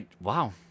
Wow